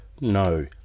no